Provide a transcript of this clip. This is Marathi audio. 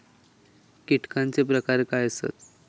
कीटकांचे प्रकार काय आसत?